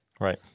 Right